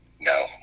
No